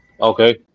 Okay